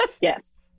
Yes